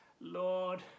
Lord